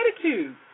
attitude